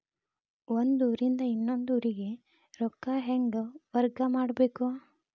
ಒಂದ್ ಊರಿಂದ ಇನ್ನೊಂದ ಊರಿಗೆ ರೊಕ್ಕಾ ಹೆಂಗ್ ವರ್ಗಾ ಮಾಡ್ಬೇಕು?